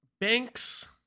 banks